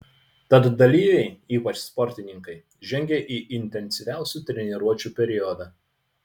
tad dalyviai ypač sportininkai žengia į intensyviausių treniruočių periodą